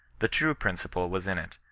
the true principle was in it,